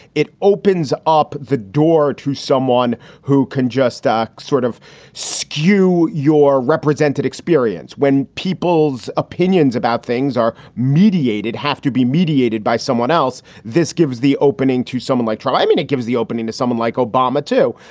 it opens up the door to someone who can just ah sort of skew your represented experience when people's opinions about things are mediated, have to be mediated by someone else. this gives the opening to someone like trump. i mean, it gives the opening to someone like obama, too.